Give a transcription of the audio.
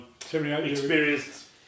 experienced